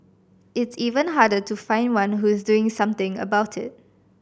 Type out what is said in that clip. it's even harder to find one who is doing something about it